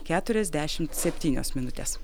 keturiasdešimt septynios minutės